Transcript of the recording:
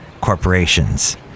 corporations